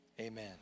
amen